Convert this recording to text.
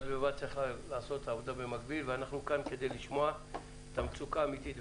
אנחנו כאן כדי לשמוע את המצוקה האמיתית.